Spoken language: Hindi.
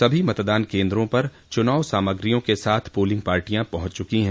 सभी मतदान केन्द्रों पर चुनाव सामग्रियों के साथ पोलिंग पार्टियां पहुंच गयी हैं